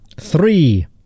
Three